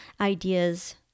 ideas